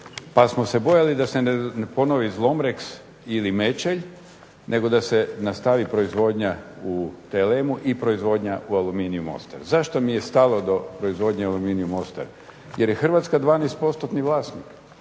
pa smo se bojali da se ne ponovi ZLOMREX ili MEČELJ nego da se nastavi proizvodnja u TLM-u i proizvodnja u Aluminiju Mostar. Zašto mi je stalo do proizvodnje u Aluminiju Mostar? Jer je Hrvatska 12%-ni vlasnik.